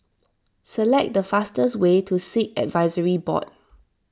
select the fastest way to Sikh Advisory Board